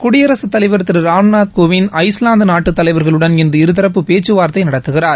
குடியரசுத் தலைவர் திரு ராம்நாத் கோவிந்த் ஐஸ்லாந்து நாட்டு தலைவர்களுடன் இன்று இருதரப்பு பேச்சுவார்த்தை நடத்துகிறார்